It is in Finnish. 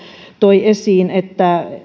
toi esiin